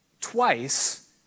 twice